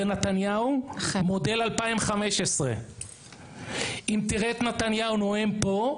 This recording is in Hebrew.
זה נתניהו מודל 2015. אם תראה את נתניהו נואם פה,